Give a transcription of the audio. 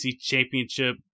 championship